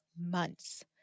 months